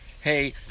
Hey